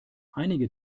einige